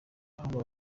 ahubwo